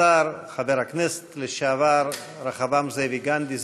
השר וחבר הכנסת לשעבר רחבעם זאבי גנדי,